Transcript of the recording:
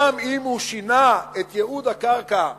גם אם הוא שינה את ייעוד הקרקע פעם,